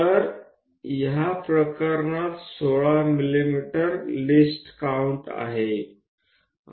तर ह्या प्रकरणात 16 मिमी लिस्ट काउन्ट आहे